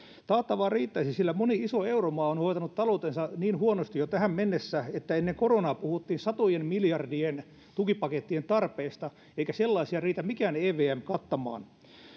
taattavaa riittäisi sillä moni iso euromaa on hoitanut taloutensa niin huonosti jo tähän mennessä että ennen koronaa puhuttiin satojen miljardien tukipakettien tarpeesta eikä sellaisia riitä mikään evm kattamaan